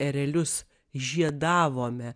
erelius žiedavome